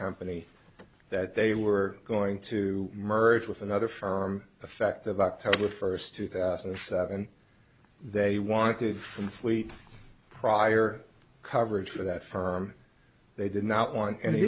company that they were going to merge with another firm effect of october first two thousand and seven they wanted from fleet prior coverage for that firm they did not want any